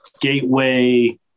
gateway